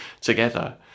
together